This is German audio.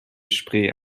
spree